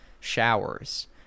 showers